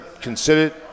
considered